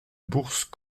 bourse